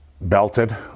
belted